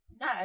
no